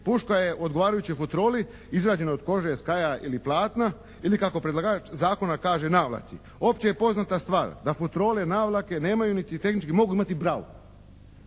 puška je u odgovarajućoj futroli izrađenoj od kože, skaja ili platna ili kako predlagač Zakona kaže navlaci. Opće je poznata stvar da futrole, navlake nemaju niti tehnički, mogu imati bravu